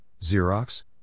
Xerox